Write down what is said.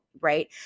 right